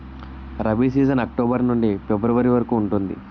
rabi season October నుండి February వరకు ఉంటుంది